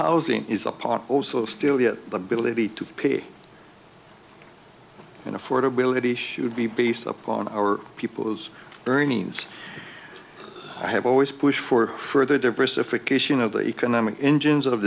housing is a part also still the ability to pay and affordability should be based upon our people those earnings i have always pushed for further diversification of the economic engines of